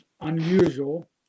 unusual